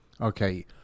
Okay